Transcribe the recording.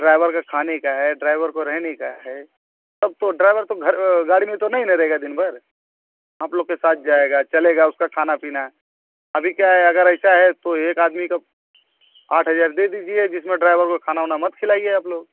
driver के खाने का है ड्राइवर को रहने का है तब तो ड्राइवर तो घर गाड़ी में तो नहीं ना रहेगा दिन भर आप लोग के साथ जाएगा चलेगा उसका खाना पीना अभी क्या है अगर ऐसा है तो एक आदमी का आठ हज़ार दे दीजिए जिसमें ड्राइवर को खाना वाना मत खिलाइए आप लोग